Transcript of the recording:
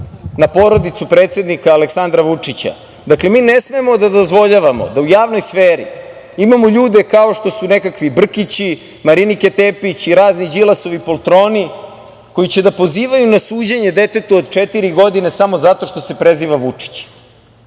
na porodicu predsednika Aleksandra Vučića. Dakle, mi ne smemo da dozvoljavamo da u javnoj sferi imamo ljude kao što su nekakvi Brkići, Marinike Tepić i razni Đilasovi poltroni koji će da pozivaju na suđenje detetu od četiri godine, samo zato što se preziva Vučić.